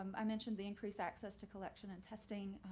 um i mentioned the increase access to collection and testing.